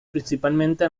principalmente